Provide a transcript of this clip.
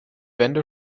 wände